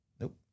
Nope